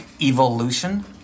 Evolution